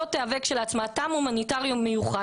לא תהווה כשלעצמה טעם הומניטרי או מיוחד